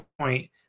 point